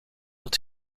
het